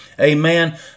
Amen